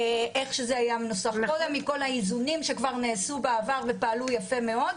איך שזה היה מנוסח קודם עם כל האיזונים שכבר נעשו בעבר ופעלו יפה מאוד,